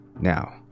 Now